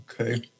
Okay